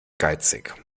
geizig